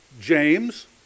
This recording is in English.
James